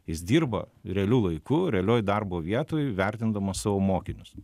jis dirba realiu laiku realioj darbo vietoj vertindamas savo mokinius